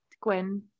Gwen